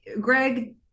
greg